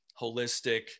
holistic